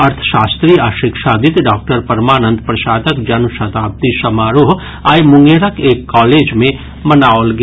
अर्थशास्त्री आ शिक्षाविद डॉक्टर परमानंद प्रसादक जन्म शताब्दी समारोह आइ मुंगेरक एक कॉलेज मे मनाओल गेल